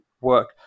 work